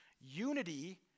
Unity